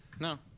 No